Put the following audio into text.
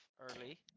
early